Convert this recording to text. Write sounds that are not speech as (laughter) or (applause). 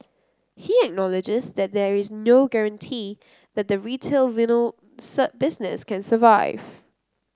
he acknowledges that there is no guarantee that the retail vinyl (unintelligible) business can survive